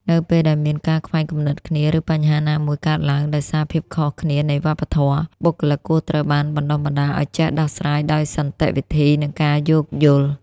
នៅពេលដែលមានការខ្វែងគំនិតគ្នា ឬបញ្ហាណាមួយកើតឡើងដោយសារភាពខុសគ្នានៃវប្បធម៌ បុគ្គលិកគួរត្រូវបានបណ្តុះបណ្តាលឱ្យចេះដោះស្រាយដោយសន្តិវិធី និងការយោគយល់។